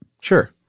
Sure